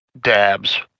dabs